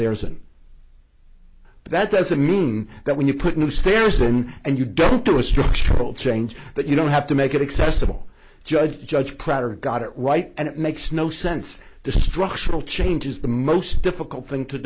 there isn't but that doesn't mean that when you put new steers in and you go to a structural change that you don't have to make it accessible judge judge crowder got it right and it makes no sense the structural change is the most difficult thing to